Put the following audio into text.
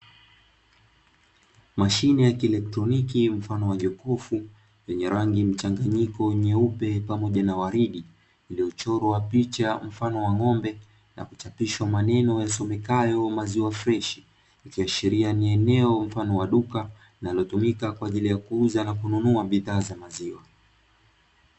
Mashine ya kielektroniki mfano wa jokofu lenye rangi mchanganyiko nyeupe pamoja na waridi, limechorwa picha mfano wa ng’ombe na kuchapishwa maneo yasomekayo maziwa freshi, ikiashiria ni eneo mfano wa duka linalotumika kwa ajili ya kuuza na kununua bidhaa za maziwa.